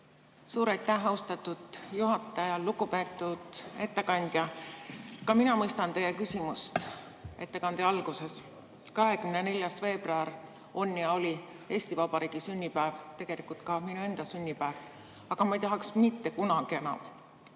Suur aitäh, austatud juhataja! Lugupeetud ettekandja! Ka mina mõistan teie küsimust ettekande alguses. 24. veebruar oli ja on Eesti Vabariigi sünnipäev, tegelikult ka minu enda sünnipäev. Aga ma ei tahaks mitte kunagi enam